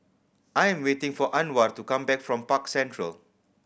I am waiting for Anwar to come back from Park Central